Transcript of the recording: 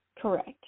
correct